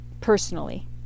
personally